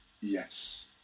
Yes